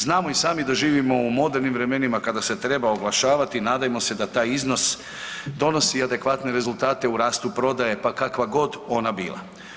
Znamo i sami da živimo u modernim vremenima kada se treba oglašavati i nadajmo se da taj iznos donosi adekvatne rezultate u rastu prodaje pa kakva god ona bila.